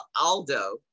Aldo